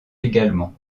également